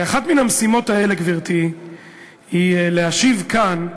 ואחת מן המשימות האלה, גברתי, היא להשיב כאן,